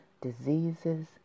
diseases